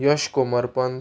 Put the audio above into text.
Yash Komarpant